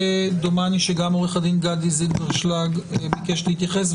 ודומני שגם עורך הדין גדי זילברשלג ביקש להתייחס,